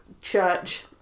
church